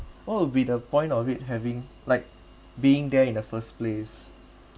what would be the point of it having like being there in the first place